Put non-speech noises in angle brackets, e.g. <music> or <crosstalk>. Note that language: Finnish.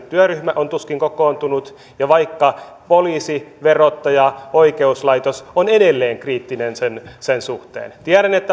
<unintelligible> työryhmä on tuskin kokoontunut ja vaikka poliisi verottaja oikeuslaitos ovat edelleen kriittisiä sen sen suhteen tiedän että <unintelligible>